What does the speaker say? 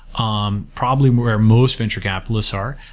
um probably where most venture capitalists are.